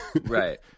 right